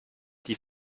die